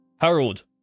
harold